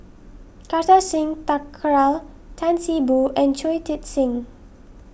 Kartar Singh Thakral Tan See Boo and Shui Tit Sing